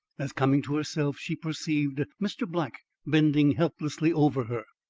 as, coming to herself, she perceived mr. black bending helplessly over her.